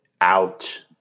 out